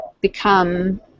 become